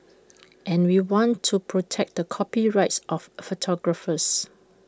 and we want to protect the copyrights of photographers